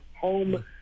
home